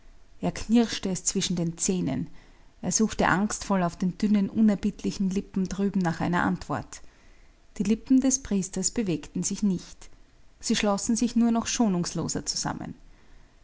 er knirschte es zwischen den zähnen er suchte angstvoll auf den dünnen unerbittlichen lippen drüben nach einer antwort die lippen des priesters bewegten sich nicht sie schlössen sich nur noch schonungsloser zusammen